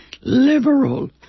liberal